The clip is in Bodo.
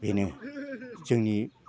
बेनो जोंनि